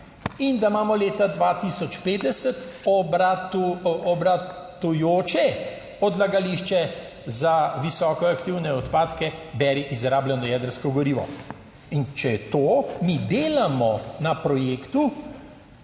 in da imamo leta 2050 obratujoče odlagališče za visoko aktivne odpadke, beri izrabljeno jedrsko gorivo. In če je to, mi delamo na projektu